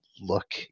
look